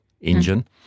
engine